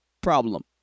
problem